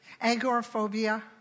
agoraphobia